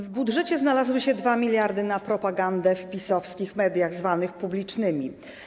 W budżecie znalazły się 2 mld na propagandę w PiS-owskich mediach, zwanych publicznymi.